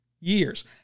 years